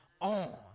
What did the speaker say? on